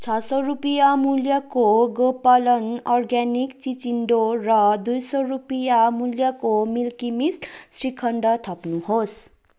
छ सय रुपियाँ मूल्यको गोपालन अर्ग्यानिक चिचिन्डो र दुई सय रुपियाँ मूल्यको मिल्की मिस्ट श्रीखण्ड थप्नुहोस्